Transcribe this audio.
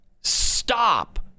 Stop